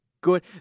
good